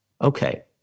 Okay